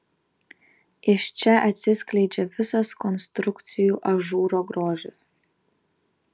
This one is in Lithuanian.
iš čia atsiskleidžia visas konstrukcijų ažūro grožis